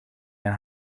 mijn